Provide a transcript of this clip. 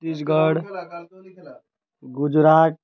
Chhattisgarh Gujarat